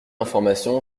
information